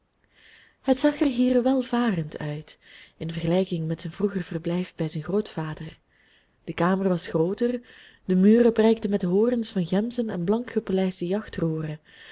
het zag er hier welvarend uit in vergelijking met zijn vroeger verblijf bij zijn grootvader de kamer was grooter de muren prijkten met horens van gemzen en blank gepolijste jachtroeren